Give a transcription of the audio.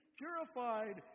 purified